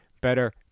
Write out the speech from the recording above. better